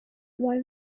why